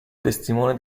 testimone